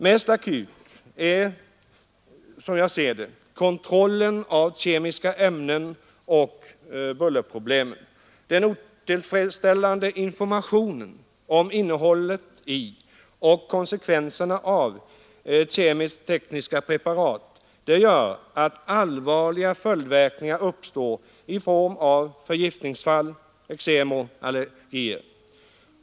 Mest akut är, som jag ser det, kontrollen av kemiska ämnen och bullerproblemen. Den otillfredsställande informationen om innehållet i och konsekvenserna av användningen av kemisk-tekniska preparat gör att allvarliga följdverkningar uppstår i form av förgiftningsfall, eksem och allergier.